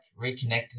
reconnecting